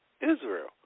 Israel